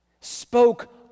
spoke